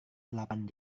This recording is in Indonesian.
delapan